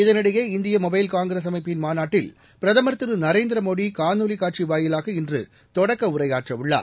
இதனிடையே இந்திய Mobile Congress அமைப்பின் மாநாட்டில் பிரதமர் திரு நரேந்திர மோடி காணொலி காட்சி வாயிலாக இன்று தொடக்க உரையாற்ற உள்ளார்